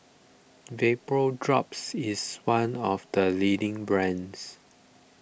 Vapodrops is one of the leading brands